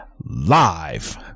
Live